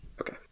okay